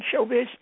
showbiz